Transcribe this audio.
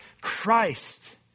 Christ